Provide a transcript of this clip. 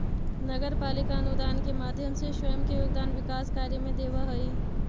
नगर पालिका अनुदान के माध्यम से स्वयं के योगदान विकास कार्य में देवऽ हई